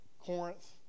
Corinth